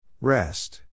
Rest